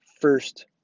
first